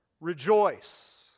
Rejoice